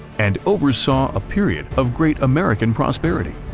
and oversaw a period of great american prosperity,